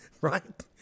right